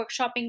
workshopping